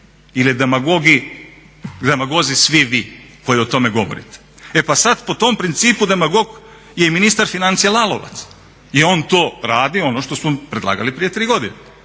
demagog 1 ili demagozi svi vi koji o tome govorite. E pa sad po tom principu demagog je i ministar financija Lalovac jer on to radi ono što smo predlagali prije 3 godine